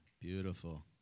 Beautiful